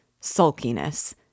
sulkiness